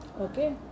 Okay